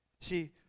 See